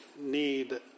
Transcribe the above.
need